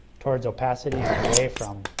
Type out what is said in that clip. towards opassty and away from